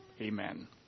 amen